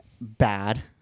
bad